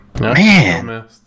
Man